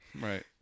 Right